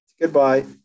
Goodbye